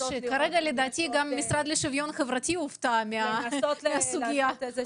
שלדעתי גם המשרד לשוויון חברתי הופתע מהסוגיה הזו.